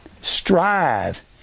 Strive